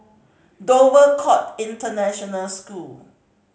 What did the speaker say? Dover Court International School